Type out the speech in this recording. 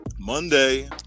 monday